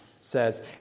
says